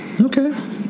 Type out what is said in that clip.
Okay